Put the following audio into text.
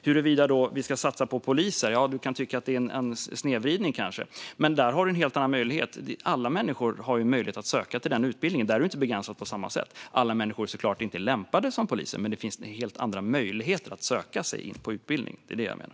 Huruvida vi ska satsa på poliser, ja, man kan kanske tycka att det är en snedvridning. Men där har man en helt annan möjlighet. Alla människor har ju möjlighet att söka den utbildningen. Där är man inte begränsad på samma sätt. Alla människor är såklart inte lämpade att bli poliser, men det finns helt andra möjligheter att söka sig in på utbildningen. Det är det jag menar.